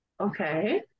Okay